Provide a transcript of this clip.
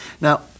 Now